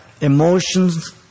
emotions